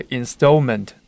installment